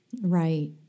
Right